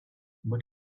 but